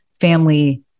family